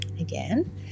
again